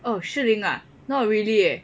oh Shihlin ah not really eh